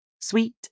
sweet